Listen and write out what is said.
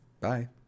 Bye